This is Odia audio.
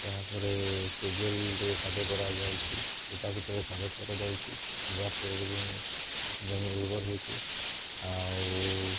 ତା' ପରେ କେଜୁଏଲରେ କାଦୁଅ କରାଯାଉଛି ରୋଟାଭିଟରରେ କାଦୁଅ କରାଯାଉଛି ଯାହାଫଳରେକି ଜମି ଉର୍ବର ହଉଛି ଆଉ